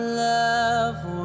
love